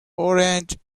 orange